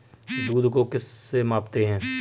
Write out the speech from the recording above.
दूध को किस से मापते हैं?